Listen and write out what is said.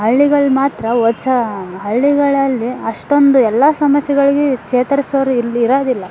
ಹಳ್ಳಿಗಳ್ಲ್ ಮಾತ್ರ ಓದ್ಸೋ ಹಳ್ಳಿಗಳಲ್ಲಿ ಅಷ್ಟೊಂದು ಎಲ್ಲ ಸಮಸ್ಯೆಗಳಿಗೆ ಚೇತರಿಸೋರು ಇಲ್ಲಿ ಇರೋದಿಲ್ಲ